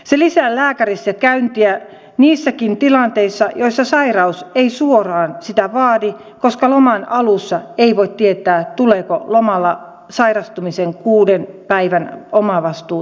se lisää lääkärissäkäyntejä niissäkin tilanteissa joissa sairaus ei suoraan sitä vaadi koska loman alussa ei voi tietää tuleeko lomalla sairastumisen kuuden päivän omavastuu täyteen